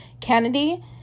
Kennedy